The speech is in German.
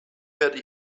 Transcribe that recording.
werde